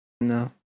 No